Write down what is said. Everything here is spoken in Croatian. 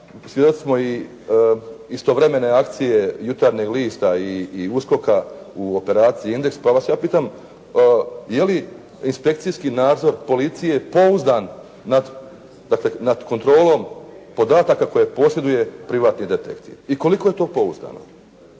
svjedoci smo i istovremene akcije Jutarnjeg lista i USKOK-a u operaciji „Indeks“, pa vas ja pitam je li inspekcijski nadzor policije pouzdan nad kontrolom podataka koje posjeduje privatni detektiv? I koliko je to pouzdano?